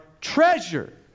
treasure